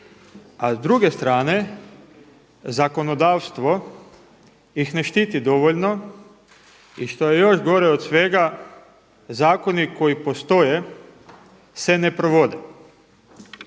A s druge strane zakonodavstvo ih ne štiti dovoljno i što je još gore od svega zakoni koji postoje se ne provode.